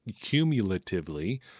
cumulatively